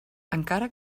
encara